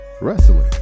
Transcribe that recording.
wrestling